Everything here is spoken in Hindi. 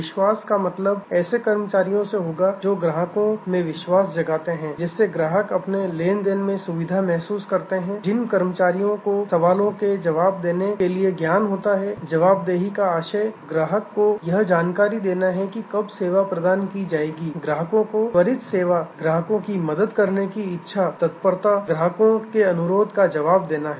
विश्वास का मतलब ऐसे कर्मचारियों से होगा जो ग्राहकों में विश्वास जगाते हैं जिससे ग्राहक अपने लेन देन में सुरक्षित महसूस करते हैं जिन कर्मचारियों को सवालों के जवाब देने के लिए ज्ञान होता है जवाबदेही का आशय ग्राहक को यह जानकारी देना है कि कब सेवा प्रदान की जाएगी ग्राहकों को त्वरित सेवा ग्राहकों की मदद करने की इच्छा तत्परता ग्राहकों के अनुरोध का जवाब देना है